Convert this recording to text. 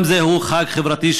יום זה הוא חג חברתי,